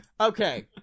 Okay